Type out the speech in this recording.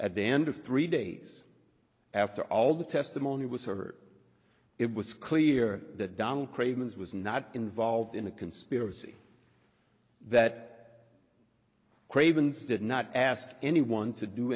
at the end of three days after all the testimony was hurt it was clear that don cravens was not involved in a conspiracy that craven's did not ask anyone to do